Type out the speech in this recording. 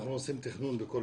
אנחנו עושים תכנון בכל